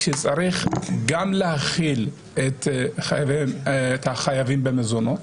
שצריך גם להחיל את החייבים במזונות,